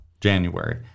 January